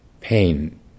pain